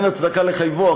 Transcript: אין הצדקה לחייבו,